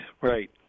right